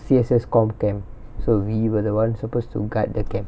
C_S_S com camp so we were the one supposed to guard the camp